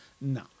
No